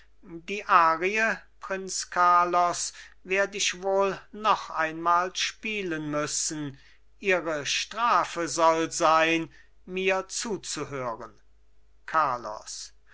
die arie prinz carlos werd ich wohl noch einmal spielen müssen ihre strafe soll sein mir zuzuhören carlos